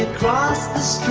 ah costs